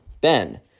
Ben